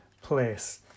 place